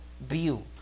view